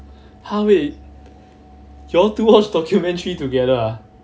!huh! wait y'all two watch documentary together ah